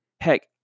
Heck